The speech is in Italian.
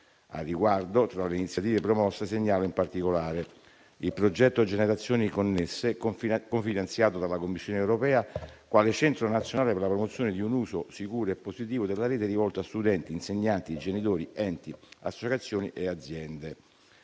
Al riguardo, tra le iniziative promosse, segnalo in particolare il progetto "Generazioni Connesse", cofinanziato dalla Commissione europea, quale centro nazionale per la promozione di un uso sicuro e positivo della Rete rivolto a studenti, insegnanti, genitori, enti, associazioni e aziende.